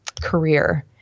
career